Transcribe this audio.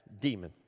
demon